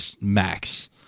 max